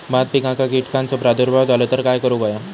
भात पिकांक कीटकांचो प्रादुर्भाव झालो तर काय करूक होया?